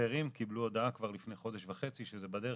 אחרים קיבלו הודעה כבר לפני חודש וחצי שזה בדרך.